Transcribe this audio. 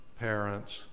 parents